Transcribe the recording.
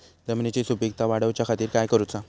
जमिनीची सुपीकता वाढवच्या खातीर काय करूचा?